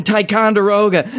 Ticonderoga